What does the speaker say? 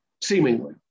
seemingly